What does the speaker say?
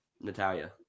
Natalia